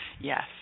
Yes